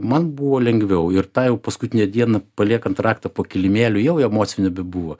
man buvo lengviau ir tą jau paskutinę dieną paliekant raktą po kilimėliu jau emocijų nebebuvo